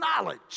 knowledge